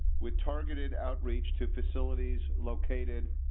with targeted outreach to facilities located.